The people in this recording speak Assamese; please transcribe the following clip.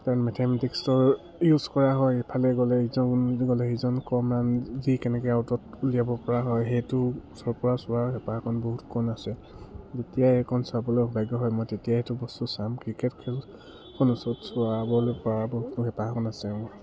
কাৰণ মেথামেটিক্সৰ ইউজ কৰা হয় এইফালে গ'লে ইজন গ'লে সিজন কম ৰান যি কেনেকে আউটত উলিয়াব পৰা হয় সেইটো ওচৰ পৰা চোৱাৰ হেপাঁহকণ বহুত কণ আছে যেতিয়াই এখন চাবলৈ অভাগ্য হয় মই তেতিয়াই সেইটো বস্তু চাম ক্ৰিকেট খেলখন ওচৰত চোৱাবলৈ পৰা বহুতো হেপাঁহন আছে মোৰ